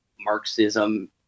Marxism